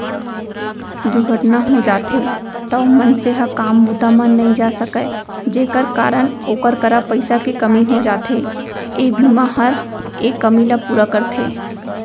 दुरघटना हो जाथे तौ मनसे ह काम बूता म नइ जाय सकय जेकर कारन ओकर करा पइसा के कमी हो जाथे, ए बीमा हर ए कमी ल पूरा करथे